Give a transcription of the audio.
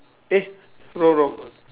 eh wrong wrong